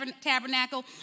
Tabernacle